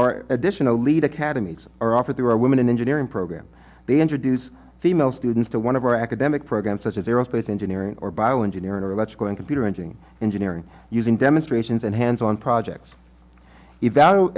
are additional lead academies are offered there are women in engineering program they introduce female students to one of our academic programs such as aerospace engineering or bioengineering or electrical and computer engine engineering using demonstrations and hands on projects evaluate